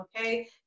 okay